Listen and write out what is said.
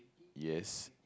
yes